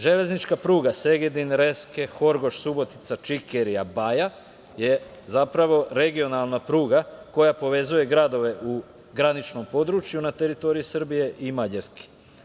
Železnička pruga Segedin – Reske – Horgoš – Subotica – Čikerija – Baja je zapravo regionalna pruga koja povezuje gradove u graničnom području na teritoriji Srbije i Mađarske.